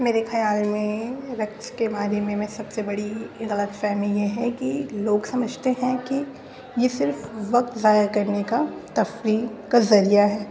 میرے خیال میں رقص کے بارے میں میں سب سے بڑی غلط فہمی یہ ہے کہ لوگ سمجھتے ہیں کہ یہ صرف وقت ضائع کرنے کا تفریح کا ذریعہ ہے